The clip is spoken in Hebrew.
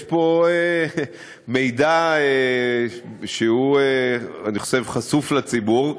יש פה מידע שהוא, אני חושב, חשוף בפני הציבור.